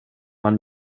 han